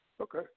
Okay